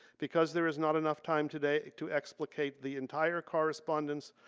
because there is not enough time today to explicate the entire correspondence,